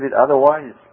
otherwise